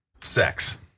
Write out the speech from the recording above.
sex